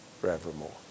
forevermore